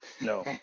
No